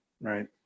right